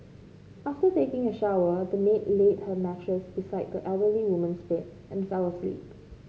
after taking a shower the maid laid her mattress beside the elderly woman's bed and fell asleep